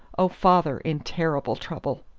oh, father, in terrible trouble!